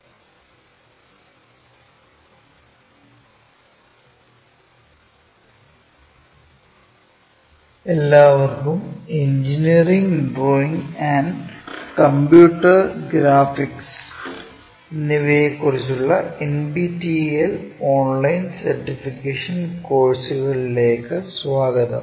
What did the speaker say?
orthographic projection II part 10 production of plane എല്ലാവർക്കും engineering drawing and computer graphics എന്നിവയെക്കുറിച്ചുള്ള NPTEL online certification കോഴ്സുകളിലേക്ക് സ്വാഗതം